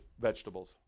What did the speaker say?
vegetables